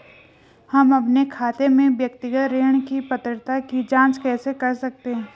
हम अपने खाते में व्यक्तिगत ऋण की पात्रता की जांच कैसे कर सकते हैं?